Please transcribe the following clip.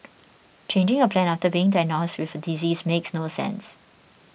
changing a plan after being diagnosed with a disease makes no sense